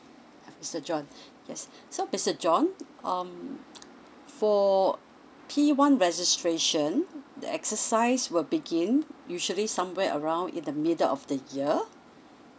ya mister john yes so mister john um for P one registration the exercise will begin usually somewhere around in the middle of the year